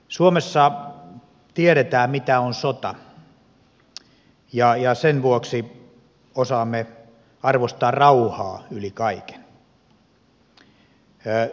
suomessa tiedetään mitä on sota ja sen vuoksi osaamme arvostaa rauhaa yli kaiken